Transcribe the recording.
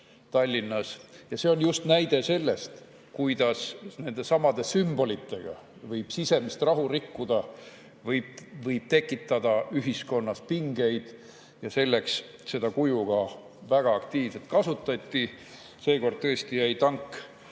Tallinnas. See on just näide selle kohta, kuidas nendesamade sümbolitega võib sisemist rahu rikkuda, võib tekitada ühiskonnas pingeid. Selleks seda kuju väga aktiivselt ka kasutati. Seekord jäi tanki